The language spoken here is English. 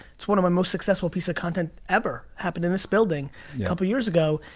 it's one of my most successful pieces of content ever, happened in this building a couple years ago.